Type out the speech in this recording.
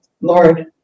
Lord